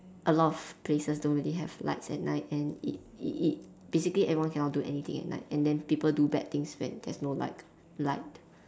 a lot of places don't really have lights at night and it it it basically everyone cannot do anything at night and then people do bad things when there's no like light